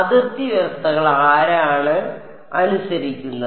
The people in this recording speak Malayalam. അതിർത്തി വ്യവസ്ഥകൾ ആരാണ് അനുസരിക്കുന്നത്